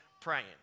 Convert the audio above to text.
praying